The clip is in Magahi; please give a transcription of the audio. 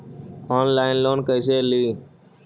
ऑनलाइन लोन कैसे ली?